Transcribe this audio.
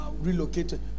relocated